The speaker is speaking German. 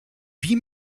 wie